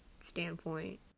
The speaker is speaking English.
standpoint